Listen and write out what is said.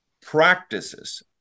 practices